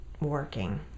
working